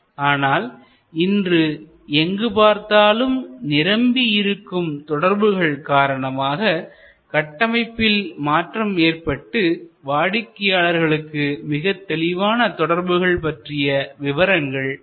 ஆனால் இன்று எங்கு பார்த்தாலும் நிரம்பியிருக்கும் தொடர்புகள் காரணமாக கட்டமைப்பில் மாற்றம் ஏற்பட்டு வாடிக்கையாளர்களுக்கு மிகத்தெளிவான தொடர்புகள் பற்றிய விவரங்கள் கிடைக்கின்றன